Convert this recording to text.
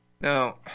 Now